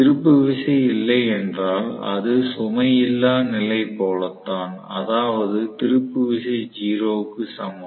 திருப்பு விசை இல்லை என்றால் அது சுமை இல்லா நிலை போலத்தான் அதாவது திருப்பு விசை 0 க்கு சமம்